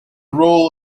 role